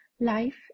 Life